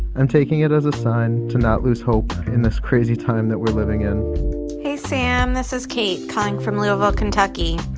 i'm taking it as a sign to not lose hope in this crazy time that we're living in hey, sam. this is kate calling from louisville, ky. and